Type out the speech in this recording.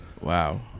Wow